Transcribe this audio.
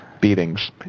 beatings